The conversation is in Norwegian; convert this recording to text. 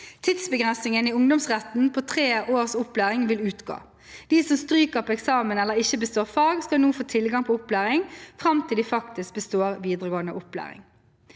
Tidsbegrensningen i ungdomsretten på tre års opplæring vil utgå. De som stryker på eksamen eller ikke består fag, skal nå få tilgang på opplæring fram til de faktisk består videregående opplæring.